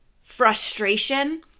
Frustration